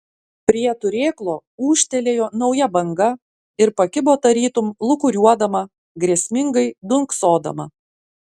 prie turėklo ūžtelėjo nauja banga ir pakibo tarytum lūkuriuodama grėsmingai dunksodama